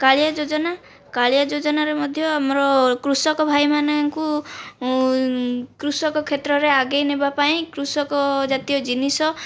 କାଳିଆ ଯୋଜନା କାଳିଆ ଯୋଜନାରେ ମଧ୍ୟ ଆମର କୃଷକ ଭାଇମାନଙ୍କୁ କୃଷକ କ୍ଷେତ୍ରରେ ଆଗେଇ ନେବା ପାଇଁ କୃଷକ ଜାତୀୟ ଜିନିଷ